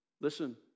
Listen